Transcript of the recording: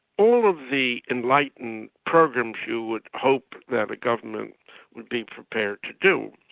all of the enlightened programs you would hope that a government would be prepared to do.